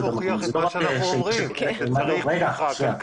-- אתה מוכיח את מה שאנחנו אומרים: צריך תמיכה כלכלית.